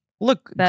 Look